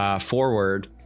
Forward